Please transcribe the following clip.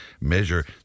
measure